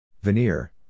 Veneer